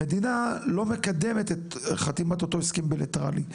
המדינה לא מקדמת את חתימת אותו הסכם בילטרלי.